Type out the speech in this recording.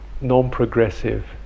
non-progressive